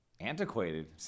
Antiquated